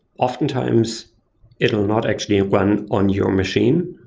often times, it will not actually run on your machine,